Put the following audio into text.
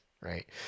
right